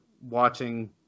watching